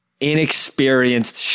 inexperienced